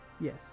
Yes